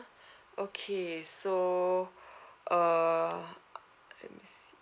okay so uh let me see